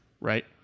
right